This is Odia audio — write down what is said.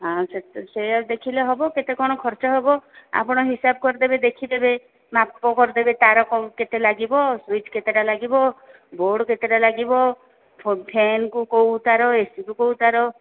ଆଉ ସେତେ ସେୟା ଦେଖିଲେ ହେବ କେତେ କ'ଣ ଖର୍ଚ୍ଚ ହେବ ଆପଣ ହିସାବ କରି ଦେବେ ଦେଖି ଦେବେ ମାପ କରି ଦେବେ ତାର କ'ଣ କେତେ ଲାଗିବ ସୁଇଚ୍ କେତେଟା ଲାଗିବ ବୋର୍ଡ୍ କେତେଟା ଲାଗିବ ଫ୍ୟାନ୍କୁ କୋଉ ତାର ଏସିକୁ କୋଉ ତାର